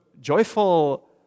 joyful